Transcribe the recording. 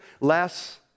less